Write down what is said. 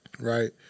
Right